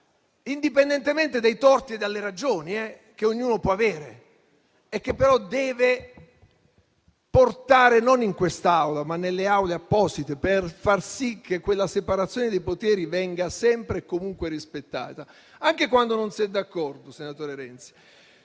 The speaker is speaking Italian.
indipendentemente dai torti e delle ragioni che ognuno può avere e che però deve portare non in quest'Aula, ma nelle aule apposite, per far sì che quella separazione dei poteri venga sempre e comunque rispettata, anche quando non si è d'accordo, senatore Renzi.